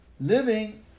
Living